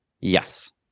yes